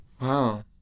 Wow